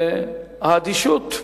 האדישות,